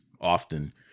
often